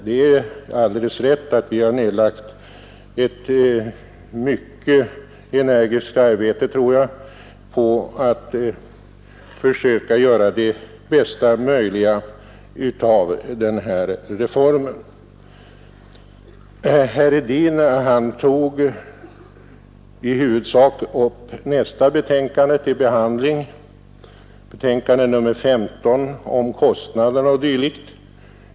Det är alldeles rätt att vi har nedlagt ett mycket energiskt arbete på att försöka göra det bästa möjliga av denna reform. Herr Hedin tog i huvudsak upp nästa betänkande till behandling, betänkande nr 5 om kostnader o.d.